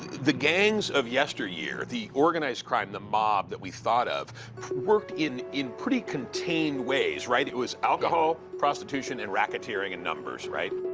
the gangs of yesteryear the organized crime, the mob that we thought of worked in in pretty contained ways, right? it was alcohol, prostitution, and racketeering and numbers, right?